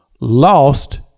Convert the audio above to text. lost